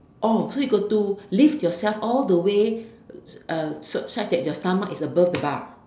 oh so you got to lift yourself all the way uh such that your stomach is above the bar